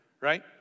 right